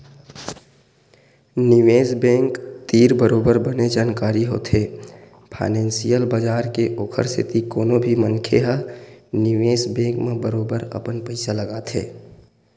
निवेस बेंक तीर बरोबर बने जानकारी होथे फानेंसियल बजार के ओखर सेती कोनो भी मनखे ह निवेस बेंक म बरोबर अपन पइसा लगाथे